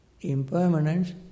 impermanence